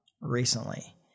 recently